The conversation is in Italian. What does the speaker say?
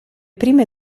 prime